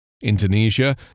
Indonesia